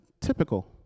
Typical